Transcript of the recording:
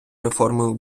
реформи